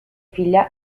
figlia